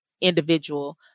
individual